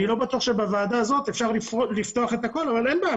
אני לא בטוח שבוועדה הזאת אפשר לפתוח את הכול אבל אין בעיה,